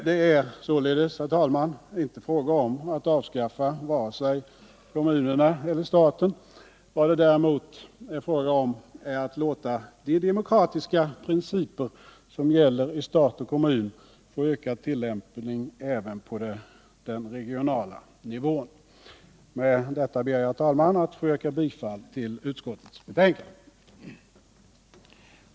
Det är således, herr talman, inte fråga om att avskaffa vare sig kommunerna eller staten. Vad det däremot är fråga om är att låta de demokratiska principer som gäller i stat och kommun få ökad tillämpning även på den regionala nivån. Herr talman! Med detta ber jag att få yrka bifall till utskottets hemställan i betänkandet.